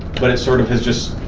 but it sort of has just,